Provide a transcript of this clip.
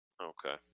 Okay